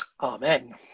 Amen